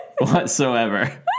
whatsoever